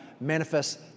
manifest